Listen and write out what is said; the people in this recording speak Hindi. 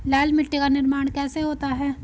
लाल मिट्टी का निर्माण कैसे होता है?